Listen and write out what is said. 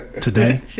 today